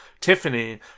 Tiffany